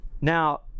Now